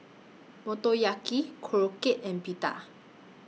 Motoyaki Korokke and Pita